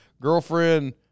girlfriend